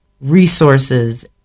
resources